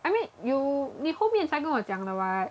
I mean you 你后面才跟我讲的 [what]